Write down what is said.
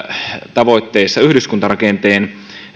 tavoitteissa yhdyskuntarakenteen